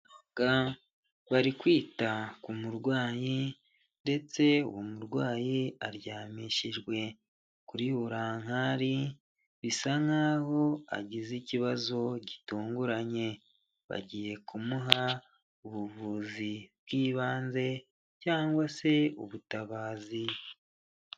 Abaganga bari kwita ku murwayi ndetse umurwayi aryamishijwe kuri burangakari, bisa nkaho agize ikibazo gitunguranye, bagiye kumuha ubuvuzi bw'ibanze cyangwa se ubutabazi.